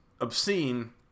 obscene